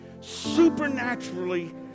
supernaturally